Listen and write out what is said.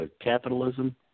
Capitalism